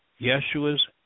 Yeshua's